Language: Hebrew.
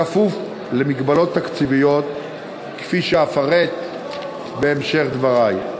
בכפוף למגבלות תקציביות כפי שאפרט בהמשך דברי.